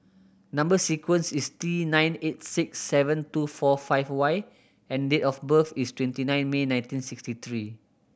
number sequence is T nine eight six seven two four five Y and date of birth is twenty nine May nineteen sixty three